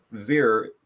Zero